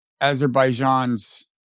Azerbaijan's